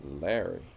Larry